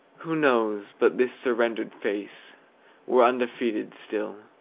who knows but this surrendered face were undefeated still?